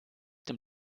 dem